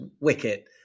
wicket